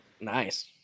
Nice